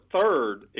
third